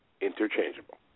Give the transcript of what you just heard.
interchangeable